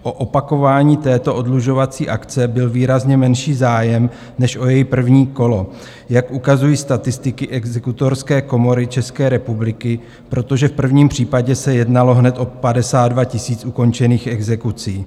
O opakování této oddlužovací akce byl výrazně menší zájem než o její první kolo, jak ukazují statistiky Exekutorské komory České republiky, protože v prvním případě se jednalo hned o 52 000 ukončených exekucí.